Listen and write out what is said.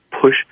push